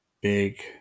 big